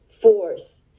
force